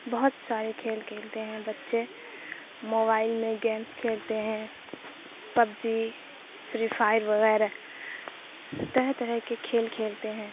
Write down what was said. بہت سارے کھیل کھیلتے ہیں بچے موبائل میں گیمس کھیلتے ہیں پب جی فری فائر وغیرہ طرح طرح کے کھیل کھیلتے ہیں